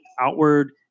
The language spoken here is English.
outward